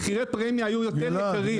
מחירי הפרמיה היו יותר יקרים.